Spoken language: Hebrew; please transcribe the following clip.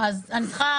אז אני צריכה,